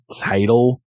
title